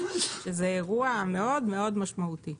זה אירוע מאוד משמעותי.